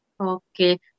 Okay